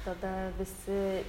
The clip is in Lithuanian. tada visi